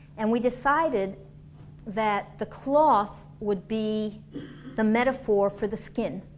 and we decided that the cloth would be the metaphor for the skin